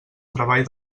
treball